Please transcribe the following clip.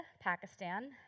Pakistan